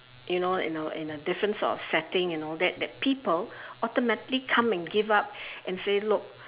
you know you know in a in a different sort of setting and all that that people automatically come and give up and say look